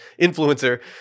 influencer